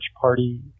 party